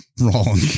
wrong